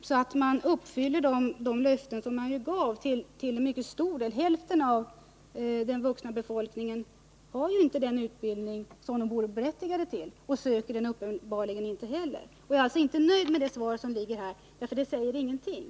Då skulle man uppfylla de löften som man har gett. Hälften av den vuxna befolkningen har ju inte den utbildning som den är berättigad till och söker uppenbarligen inte heller någon utbildning. Jag är inte nöjd med det här svaret, eftersom det inte säger någonting.